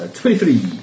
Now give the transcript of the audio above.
Twenty-three